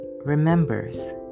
remembers